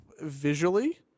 visually